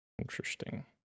Interesting